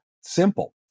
simple